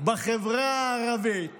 בחברה הערבית